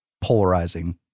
polarizing